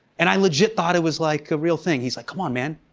and i legit thought it was like a real thing. he's like, come on man,